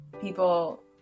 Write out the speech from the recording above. people